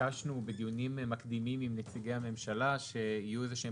ביקשנו בדיונים מקדימים מנציגי הממשלה שיהיו איזה שהם